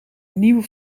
nieuwe